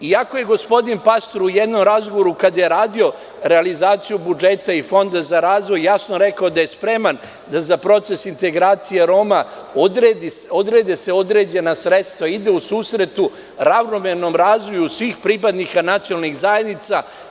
Iako je gospodine Pastor u jednom razgovoru kada je radio realizaciju budžeta i Fonda za razvoj jasno rekao da je spreman da za proces integracije Roma odrede se određena sredstva i da u susretu ravnomernom razvoju svih pripadnika nacionalnih zajednica.